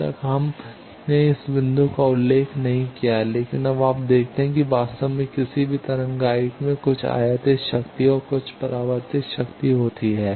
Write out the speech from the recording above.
अब तक हमने इस बिंदु का उल्लेख नहीं किया है लेकिन अब आप देखते हैं कि वास्तव में किसी भी तरंग गाइड में कुछ आयातित शक्ति और कुछ परावर्तित शक्ति होती है